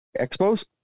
Expos